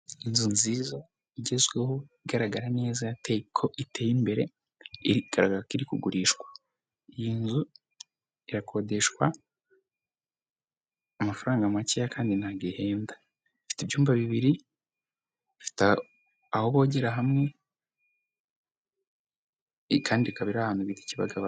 Inzu nziza igezweho, igaragara neza ko iteye imbere, igaragara ko iri kugurishwa, iyi nzu irakodeshwa amafaranga makeya kandi ntabwo ihenda, ifite ibyumba bibiri, ifite aho bogera hamwe, kandi ikaba iri ahantu Kibagabaga.